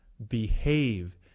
behave